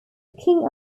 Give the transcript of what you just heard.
king